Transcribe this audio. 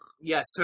yes